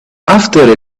after